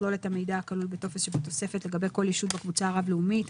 ויכלול את המידע הכלול בטופס שבתוספת לגבי כל ישות בקבוצה הרב לאומית,